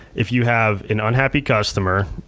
if you have an unhappy customer,